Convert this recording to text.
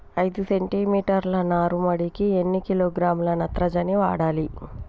ఐదు సెంటిమీటర్ల నారుమడికి ఎన్ని కిలోగ్రాముల నత్రజని వాడాలి?